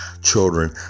children